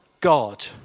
God